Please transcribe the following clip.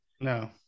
No